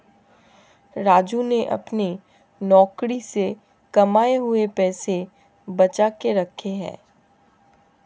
राजू ने अपने नौकरी से कमाए हुए पैसे बचा के रखे हैं